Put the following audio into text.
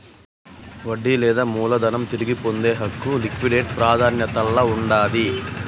వడ్డీ లేదా మూలధనం తిరిగి పొందే హక్కు లిక్విడేట్ ప్రాదాన్యతల్ల ఉండాది